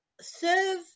serve